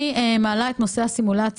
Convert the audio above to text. אני מעלה את נושא הסימולציה.